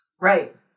Right